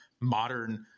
modern